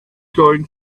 going